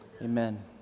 Amen